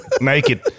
naked